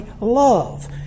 love